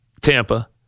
Tampa